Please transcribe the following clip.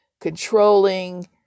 controlling